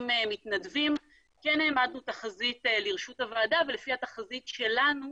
מתנדבים העמדנו תחזית לרשות הוועדה ולפי התחזית שלנו,